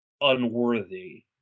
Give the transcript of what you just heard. unworthy